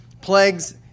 plagues